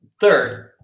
Third